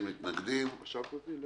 הצבעה בעד התקנה פה אחד התקנה אושרה.